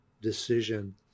decision